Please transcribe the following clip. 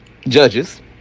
judges